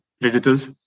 visitors